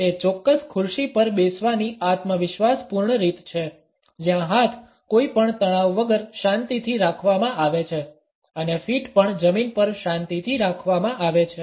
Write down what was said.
તે ચોક્કસ ખુરશી પર બેસવાની આત્મવિશ્વાસપૂર્ણ રીત છે જ્યાં હાથ કોઈપણ તણાવ વગર શાંતિથી રાખવામાં આવે છે અને ફીટ પણ જમીન પર શાંતિથી રાખવામાં આવે છે